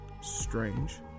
strange